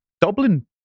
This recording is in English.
Dublin